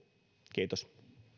kiitos